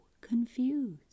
confused